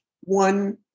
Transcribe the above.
one